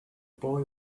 boy